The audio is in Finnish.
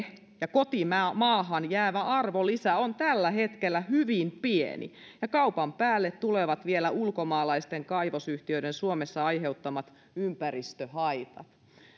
kotimaahan jäävä arvonlisä on tällä hetkellä hyvin pieni ja kaupan päälle tulevat vielä ulkomaalaisten kaivosyhtiöiden suomessa aiheuttamat ympäristöhaitat